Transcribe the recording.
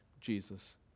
Jesus